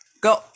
Go